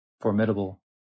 formidable